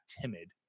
timid